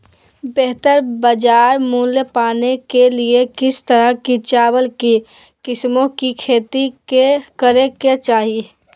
बेहतर बाजार मूल्य पाने के लिए किस तरह की चावल की किस्मों की खेती करे के चाहि?